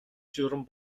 журам